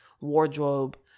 wardrobe